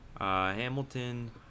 Hamilton